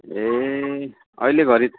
ए अहिले घरी